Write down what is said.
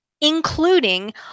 including